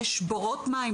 יש בורות מים,